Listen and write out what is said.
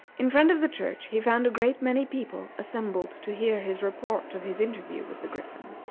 in front of the church he found a great many people assembled to hear his report of his interview with the griffin.